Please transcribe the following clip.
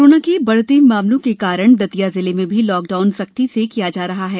corona के बढ़ते मामलों के कारण दतिया जिले में भी लॉकडाउन सख्ती से किया जा रहा है